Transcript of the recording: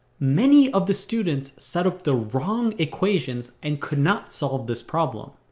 many of the students set up the wrong equations and could not solve this problem.